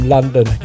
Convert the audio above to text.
London